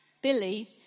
Billy